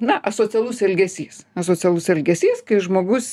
na asocialus elgesys asocialus elgesys kai žmogus